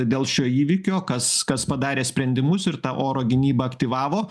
dėl šio įvykio kas kas padarė sprendimus ir tą oro gynybą aktyvavo